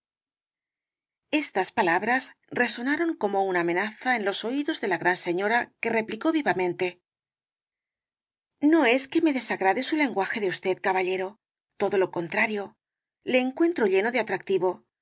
estas palabras resonaron como una amenaza en los oídos de la gran señora que replicó vivamente no es que me desagrade su lenguaje de usted caballero todo lo contrario le encuentro lleno de atractivo